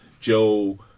Joe